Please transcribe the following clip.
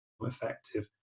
effective